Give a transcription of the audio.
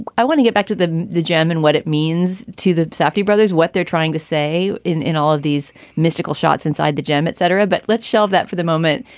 i want to get back to the the jam and what it means to the safdie brothers, what they're trying to say in in all of these mystical shots inside the gym, et cetera. but let's shelve that for the moment.